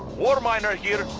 war miners